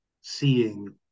seeing